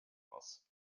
muss